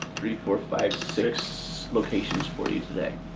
three, four, five, six locations for you today.